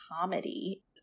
comedy